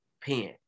pen